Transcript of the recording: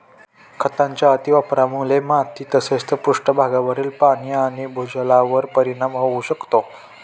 खतांच्या अतिवापरामुळे माती तसेच पृष्ठभागावरील पाणी आणि भूजलावर परिणाम होऊ शकतो